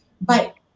But-